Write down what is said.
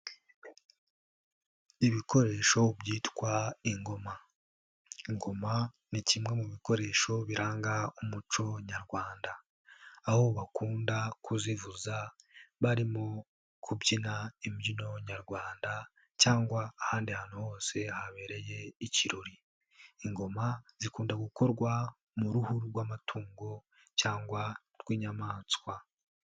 Ibikoresho byitwa ingoma, ingoma ni kimwe mu bikoresho biranga umuco nyarwanda aho bakunda kuzivuza barimo kubyina imbyino nyarwanda cyangwa ahandi hantu hose habereye ikirori, ingoma zikunda gukorwa mu ruhu rw'amatungo cyangwa rw'inyamaswa.